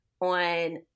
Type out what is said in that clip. on